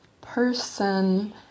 person